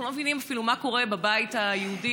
אנחנו לא מבינים אפילו מה קורה בבית היהודי,